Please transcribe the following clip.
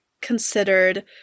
considered